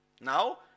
Now